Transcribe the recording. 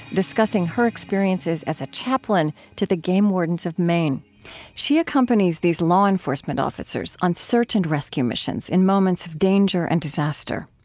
discussing her experiences as a chaplain to the game wardens of maine she accompanies these law enforcement officers on search and rescue missions in moments of danger and disaster.